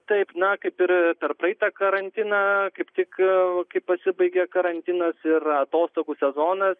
taip na kaip ir per praeitą karantiną kaip tik kai pasibaigė karantinas ir atostogų sezonas